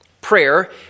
prayer